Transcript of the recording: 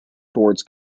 towards